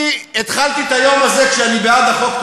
אני התחלתי את היום הזה כשאני בעד החוק,